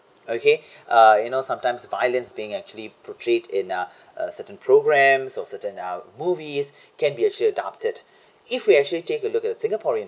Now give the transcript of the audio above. okay uh you know sometimes violence being actually portrayed in a a certain programs or certain uh movies can be actually adopted if we actually take a look at singaporean